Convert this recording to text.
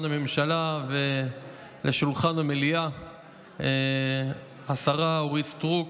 הממשלה ולשולחן המליאה השרה אורית סטרוק,